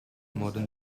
modern